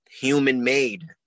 human-made